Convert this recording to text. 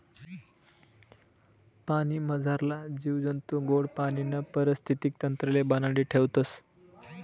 पाणीमझारला जीव जंतू गोड पाणीना परिस्थितीक तंत्रले बनाडी ठेवतस